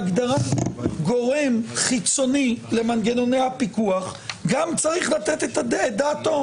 גורם חיצוני למנגנוני הפיקוח גם צריך לתת את דעתו.